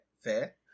Fair